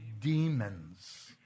demons